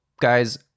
guys